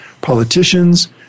politicians